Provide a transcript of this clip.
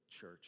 church